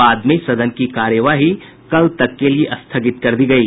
बाद में सदन की कार्यवाही कल तक के लिए स्थगित कर दी गयी